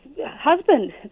husband